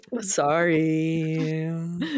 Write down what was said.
Sorry